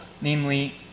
namely